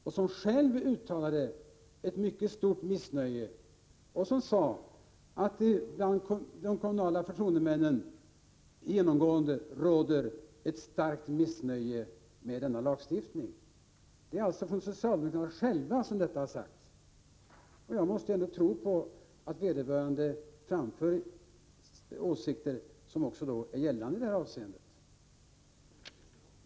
Vederbörande har uttalat ett mycket starkt missnöje och sagt att det bland de kommunala förtroendemännen genomgående råder ett starkt missnöje med denna lagstiftning. Det är alltså från socialdemokraterna själva som detta har sagts. Jag måste ändå tro på att vederbörande framför åsikter som också är gällande i detta avseende.